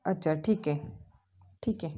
अच्छा ठीक आहे ठीक आहे